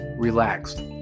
Relaxed